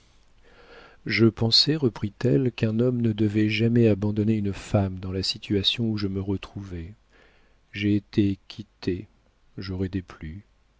je pensais reprit-elle qu'un homme ne devait jamais abandonner une femme dans la situation où je me trouvais j'ai été quittée j'aurai déplu